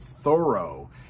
thorough